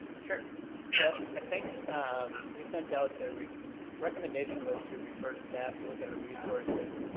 sure. yeah i think we sent out, the recommendation was to refer to staff to look at our resources.